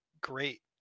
great